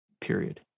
period